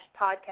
podcast